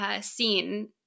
scene